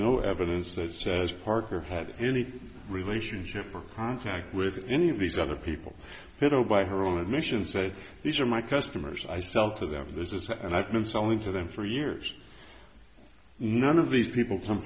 no evidence that says parker had any relationship or contact with any of these other people hit oh by her own admission said these are my customers i sell to them this is and i've been selling to them for years none of these people come